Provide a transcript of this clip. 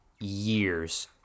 years